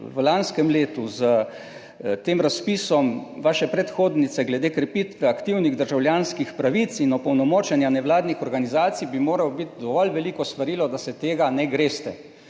v lanskem letu s tem razpisom vaše predhodnice glede krepitve aktivnih državljanskih pravic in opolnomočenja nevladnih organizacij, dovolj veliko svarilo, da se tega ne greste.